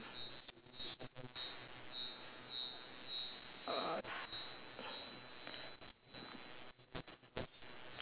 uh